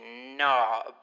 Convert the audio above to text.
knob